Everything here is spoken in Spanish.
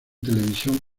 televisión